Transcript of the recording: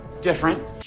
different